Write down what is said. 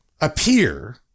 appear